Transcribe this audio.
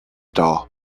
doll